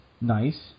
nice